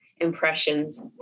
impressions